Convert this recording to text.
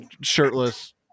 shirtless